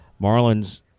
Marlins